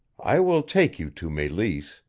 i will take you to meleese,